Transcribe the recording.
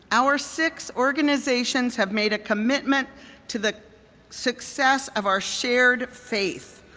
our six organizations have made a commitment to the success of our shared faith.